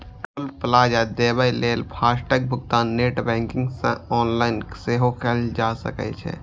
टोल plaza देबय लेल FASTag भुगतान नेट बैंकिंग सं ऑनलाइन सेहो कैल जा सकै छै